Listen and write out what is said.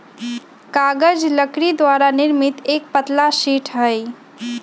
कागज लकड़ी द्वारा निर्मित एक पतला शीट हई